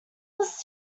was